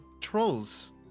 trolls